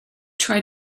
try